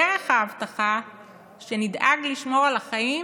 דרך ההבטחה שנדאג לשמור על החיים